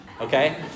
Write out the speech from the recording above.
okay